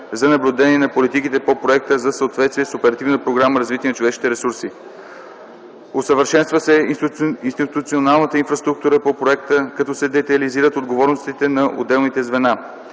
за наблюдение на политиките по проекта за съответствие с Оперативна програма „Развитие на човешките ресурси”. Усъвършенства се институционалната инфраструктура по проекта, като се детайлизират отговорностите на отделните звена.